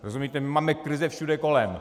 Rozumíte, máme krize všude kolem.